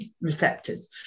receptors